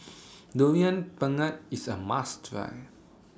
Durian Pengat IS A must Try